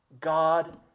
God